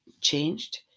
changed